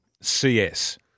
CS